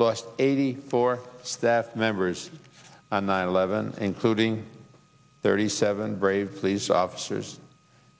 lost eighty four staff members on nine eleven including thirty seven brave pleas officers